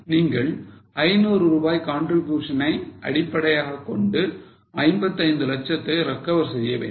நீங்கள் 500 ரூபாய் contribution ஐ அடிப்படையாகக் கொண்டு 55 லட்சத்தை recover செய்ய வேண்டும்